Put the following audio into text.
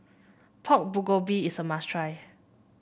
Pork Bulgogi is a must try